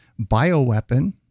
bioweapon